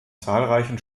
zahlreichen